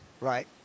Right